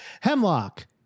Hemlock